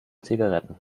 zigaretten